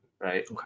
right